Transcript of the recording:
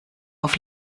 auf